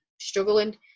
struggling